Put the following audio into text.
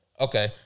Okay